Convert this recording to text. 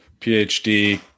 PhD